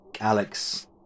Alex